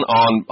on